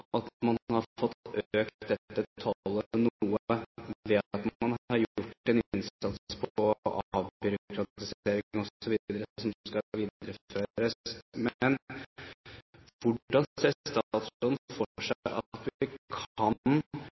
at man har fått økt dette tallet noe, ved at man har gjort en innsats knyttet til avbyråkratisering osv., en innsats som skal videreføres. Men hvordan ser statsråden for seg at vi kan